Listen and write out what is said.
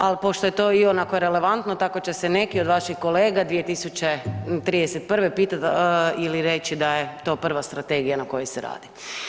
Al pošto je to ionako irelevantno tako će se neki od vaših kolega 2031. upitat ili reći da je to prva strategija na kojoj se radi.